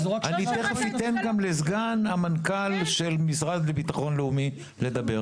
אני תכף אתן גם לסגן המנכ״ל של המשרד לביטחון לאומי לדבר.